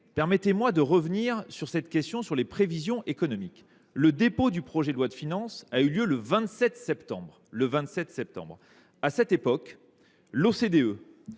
Permettez moi de revenir sur les prévisions économiques. Le dépôt du projet de loi de finances a eu lieu le 27 septembre dernier. À cette époque, l’OCDE,